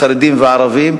החרדים והערבים,